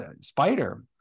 Spider